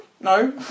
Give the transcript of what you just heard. No